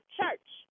church